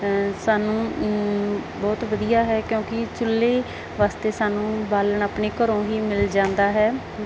ਸਾਨੂੰ ਬਹੁਤ ਵਧੀਆ ਹੈ ਕਿਉਂਕਿ ਚੁੱਲ੍ਹੇ ਵਾਸਤੇ ਸਾਨੂੰ ਬਾਲਣ ਆਪਣੇ ਘਰੋਂ ਹੀ ਮਿਲ ਜਾਂਦਾ ਹੈ